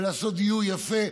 ולעשות דיור יפה,